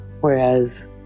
Whereas